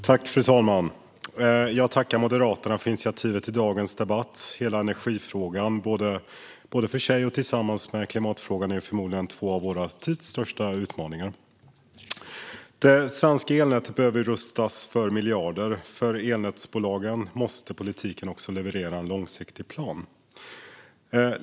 Fru talman! Jag tackar Moderaterna för initiativet till dagens debatt. Hela energifrågan, både för sig och tillsammans med klimatfrågan, är förmodligen två av vår tids största utmaningar. Det svenska elnätet behöver rustas för miljarder. Politiken måste också leverera en långsiktig plan för elnätsbolagen.